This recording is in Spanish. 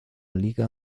liga